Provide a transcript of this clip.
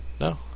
no